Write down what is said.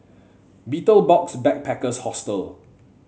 Betel Box Backpackers Hostel